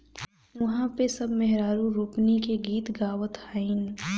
उहा पे सब मेहरारू रोपनी के गीत गावत हईन